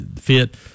fit